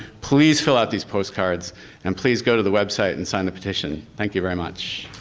please fill out these postcards and please go to the website and sign the petition. thank you very much.